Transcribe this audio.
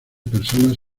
personas